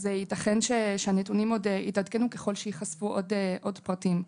ייתכן שהנתונים עוד יתעדכנו ככל שייחשפו עוד פרטים.